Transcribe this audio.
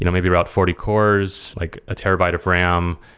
you know maybe about forty cores, like a terabyte of ram.